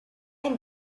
and